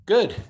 Good